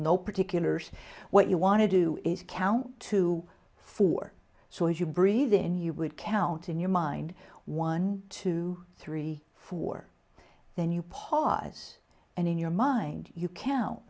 no particulars what you want to do is count to four so if you breathe in you would count in your mind one two three four then you pause and in your mind you count